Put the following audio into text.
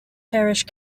parish